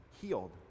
healed